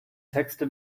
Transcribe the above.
texte